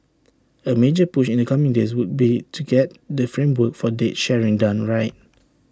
A major push in the coming days would be to get the framework for data sharing done right